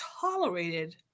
tolerated